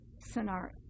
scenario